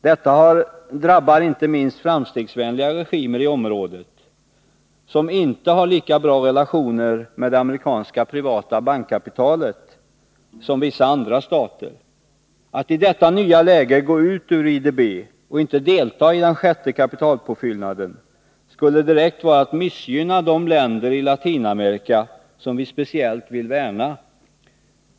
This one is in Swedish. Detta drabbar inte minst framstegsvänliga regimer i området, som inte har lika bra relationer med det amerikanska privata bankkapitalet som vissa andra stater. Atti detta nya läge gå ut ur IDB och inte delta i den sjätte kapitalpåfyllnaden skulle direkt vara att missgynna de länder i Latinamerika som vi speciellt vill värna.